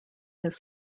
his